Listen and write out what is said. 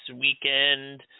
weekend